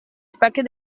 specchio